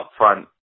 upfront